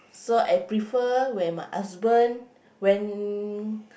so I prefer when my husband when